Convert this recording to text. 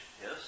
yes